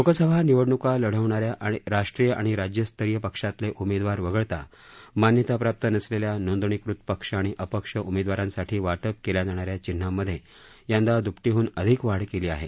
लोकसभा निवडण्का लढवणाऱ्या राष्ट्रीय आणि राज्यस्तरीय पक्षातले उमेदवार वगळता मान्यताप्राप्त नसलेल्या नोंदणीकृत पक्ष आणि अपक्ष उमेदवारांसाठी वाटप केल्या जाणाऱ्या चिन्हांमध्ये यंदा द्रपटीहन अधिक वाढ केली आहे